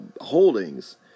holdings